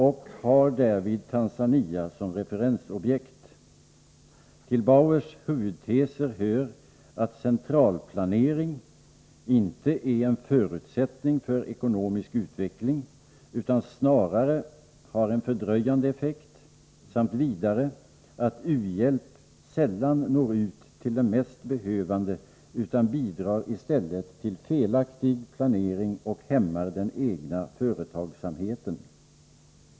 Han har därvid Tanzania som referensobjekt. Till Bauers huvudteser hör att centralplanering inte är en förutsättning för ekonomisk utveckling utan snarare har en fördröjande effekt samt vidare att u-hjälp sällan når ut till de mest behövande utan i stället bidrar till felaktig planering och hämmar den egna företagsamheten.